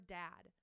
dad